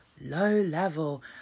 low-level